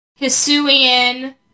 Hisuian